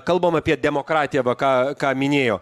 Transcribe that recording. kalbam apie demokratiją ką ką minėjo